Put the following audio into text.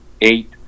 eight